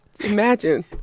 Imagine